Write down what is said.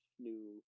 new